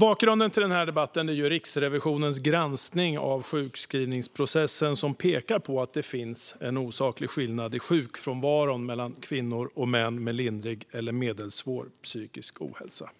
Bakgrunden till debatten är Riksrevisionens granskning av sjukskrivningsprocessen som pekar på att det finns en osaklig skillnad i sjukfrånvaro mellan kvinnor och män med lindrig eller medelsvår psykisk ohälsa.